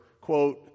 Quote